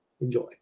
Enjoy